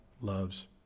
loves